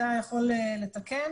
אתה יכול לתקן,